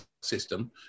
system